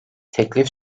teklif